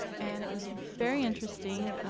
and it was very interesting.